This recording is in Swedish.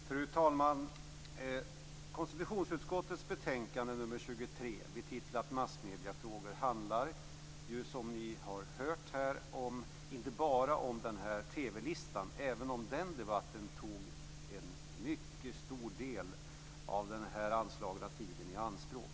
Fru talman! Konstitutionsutskottets betänkande 23 betitlat Massmediefrågor handlar ju som ni har hört här inte bara om den här TV-listan, även om den debatten tog en mycket stor del av den anslagna tiden i anspråk.